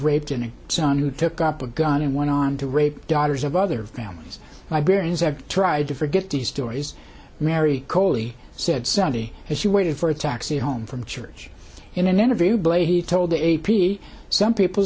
a son who took up a gun and went on to rape daughters of other families librarians have tried to forget the stories mary coley said sunday as she waited for a taxi home from church in an interview blady told the a p some people